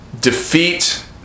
defeat